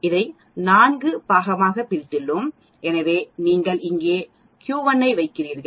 அதை 4 ஆகப் பிரித்துள்ளோம் எனவே நீங்கள் இங்கே Q1 ஐ வைத்திருக்கிறீர்கள்